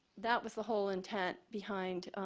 that was the whole intent behind